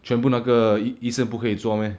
全部那个医医生不可以做 meh